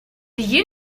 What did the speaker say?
you